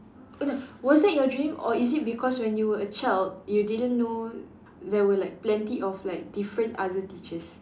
eh no was that your dream or is it because when you were a child you didn't know there were like plenty of like different other teachers